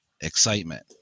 excitement